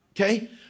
okay